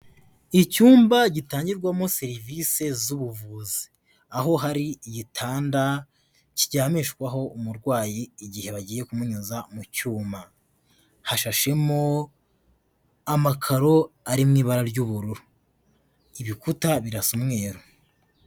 Icyumba gitangirwamo serivise z'ubuvuzi, aho hari igitanda kiryamishwaho umurwayi igihe bagiye kumunyuza mu cyuma, hashashemo amakaro ari mu ibara ry'ubururu, ibikuta birasa umweru.